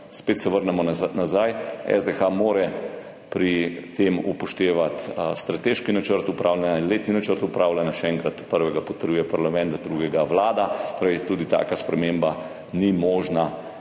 spet se vrnemo nazaj, SDH mora pri tem upoštevati strateški načrt upravljanja in letni načrt upravljanja, še enkrat, prvega potrjuje parlament, drugega Vlada, torej tudi taka sprememba ni možna,